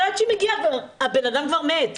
אבל עד שהיא מגיעה, הבנאדם כבר מת.